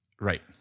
Right